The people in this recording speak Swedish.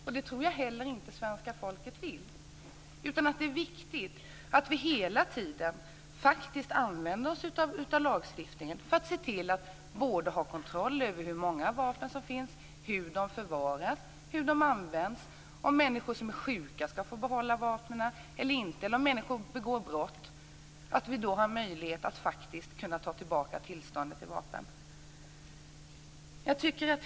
Jag tror heller inte att svenska folket vill ha det så, utan det är viktigt att vi hela tiden använder oss av lagstiftningen för att se till att ha kontroll över hur många vapen som finns, hur de förvaras och hur de används. Ska människor som är sjuka få behålla sina vapen eller inte? Om människor begår brott måste vi ha möjlighet att kunna ta tillbaka tillståndet för vapnen.